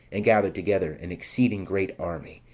and gathered together an exceeding great army,